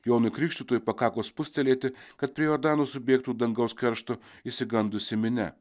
jonui krikštytojui pakako spustelėti kad prie jordano subėgtų dangaus keršto išsigandusi minia